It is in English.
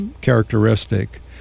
characteristic